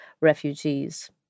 refugees